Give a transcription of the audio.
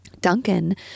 Duncan